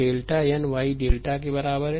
delta n y delta के बराबर है